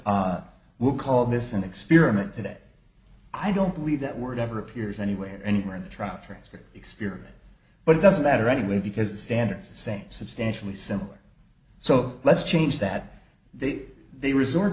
we call this an experiment that i don't believe that word ever appears anywhere anywhere in the trial transcript experience but it doesn't matter anyway because the standards the same substantially similar so let's change that they they